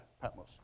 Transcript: Patmos